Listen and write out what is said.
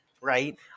right